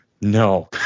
no